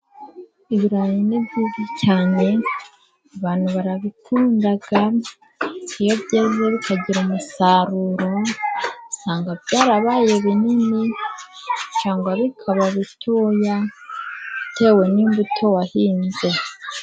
Ibirayi ni byiza cyane abantu barabikundaga, iyo byeze bikagira umusaruro, usanga byarabaye binini cyangwa bikaba bitoya, bitewe n'imbuto wahinze.